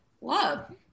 Love